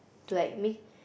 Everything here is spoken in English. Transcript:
to like make